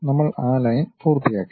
നമ്മൾ ആ ലൈൻ പൂർത്തിയാക്കി